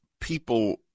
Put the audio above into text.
people